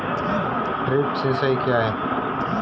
Drip सिंचाई क्या होती हैं?